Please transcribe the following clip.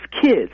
kids